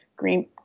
green